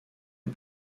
est